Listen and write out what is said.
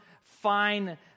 fine